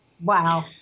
wow